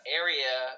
area